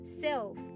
Self